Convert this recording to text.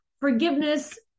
Forgiveness